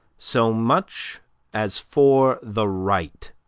so much as for the right.